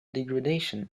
degradation